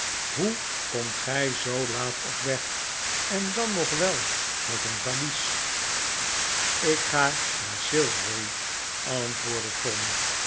hoe komt gij zoo laat op weg en dan nog wel met een valies ik ga naar salisbury antwoordde tom